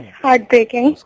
heartbreaking